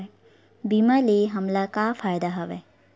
बीमा ले हमला का फ़ायदा हवय?